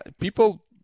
people